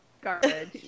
garbage